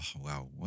wow